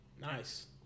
Nice